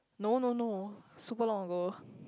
no no no super long ago